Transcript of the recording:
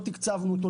לא תקצבנו אותו,